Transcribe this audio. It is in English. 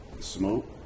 Smoke